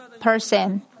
person